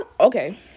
okay